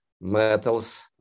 metals